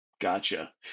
Gotcha